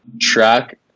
track